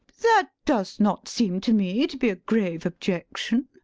that does not seem to me to be a grave objection.